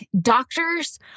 doctors